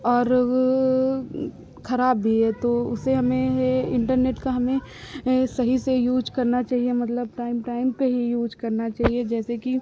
और खराब भी है तो उसे हमें इन्टरनेट का हमें सही से यूज़ करना चाहिए मतलब टाइम टाइम पर ही यूज़ करना चाहिए जैसे कि